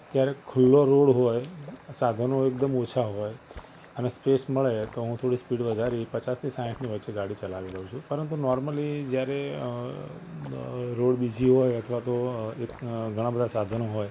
ક્યારેક ખુલ્લો રોડ હોય સાધનો એકદમ ઓછાં હોય અને સ્પેસ મળે તો હું થોડી સ્પીડ વધારી પચાસથી સાઠની વચ્ચે ગાડી ચલાવી લઉં છું પરંતુ નૉર્મલી જયારે રોડ બીઝી હોય અથવા તો ઘણા બધાં સાધનો હોય